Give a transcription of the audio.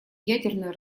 ядерное